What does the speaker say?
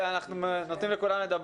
גם לא רק קיצוניים כמוני,